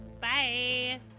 Bye